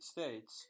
States